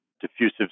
diffusive